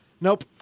Nope